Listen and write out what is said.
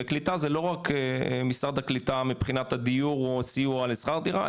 וקליטה זה לא רק משרד הקליטה מבחינת הדיור או הסיוע לשכר דירה,